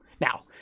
Now